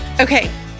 Okay